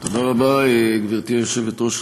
תודה רבה, גברתי היושבת-ראש.